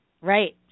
Right